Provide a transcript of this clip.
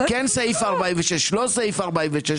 אם כן אישור לעניין סעיף 46 או לא אישור לעניין סעיף 46,